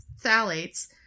phthalates